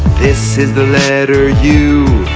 this is the letter u